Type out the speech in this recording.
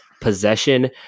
possession